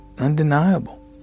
undeniable